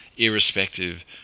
irrespective